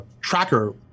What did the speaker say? tracker